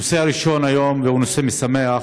הנושא הראשון היום הוא נושא משמח: